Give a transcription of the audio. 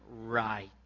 Right